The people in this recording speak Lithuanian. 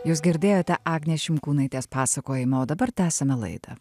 jūs girdėjote agnės šimkūnaitės pasakojimą o dabar tęsiame laidą